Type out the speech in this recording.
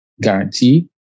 guarantee